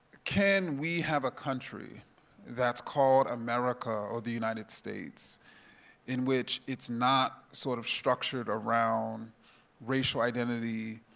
can we have a country that's called america or the united states in which it's not sort of structured around racial identity,